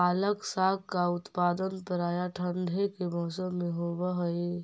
पालक साग का उत्पादन प्रायः ठंड के मौसम में होव हई